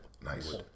nice